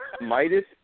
Midas